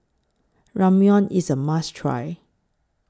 Ramyeon IS A must Try